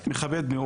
אני מאוד מכבד,